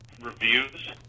reviews